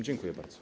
Dziękuję bardzo.